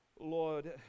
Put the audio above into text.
Lord